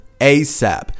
ASAP